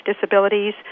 disabilities